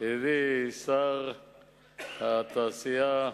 הביא שר התעשייה,